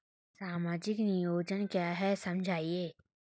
सामाजिक नियोजन क्या है समझाइए?